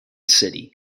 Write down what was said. city